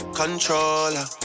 controller